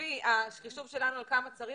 לפי החישוב שלנו של כמה צריך,